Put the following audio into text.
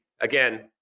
Again